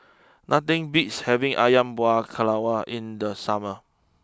nothing beats having Ayam Buah Keluak in the summer